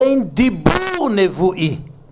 אין דיבור נבואי!